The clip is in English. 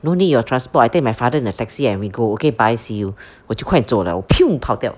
no need your transport I take my father in a taxi and we go okay bye see you 我就快点走 liao 我 跑掉